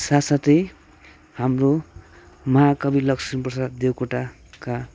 साथ साथै हाम्रो महाकवि लक्ष्मीप्रसाद देवकोटाका